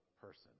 person